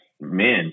men